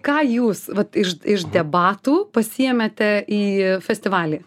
ką jūs vat iš iš debatų pasiėmėte į festivalį